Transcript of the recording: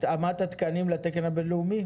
התאמת התקנים לתקן הבינלאומי?